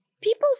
people